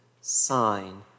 sign